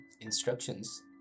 instructions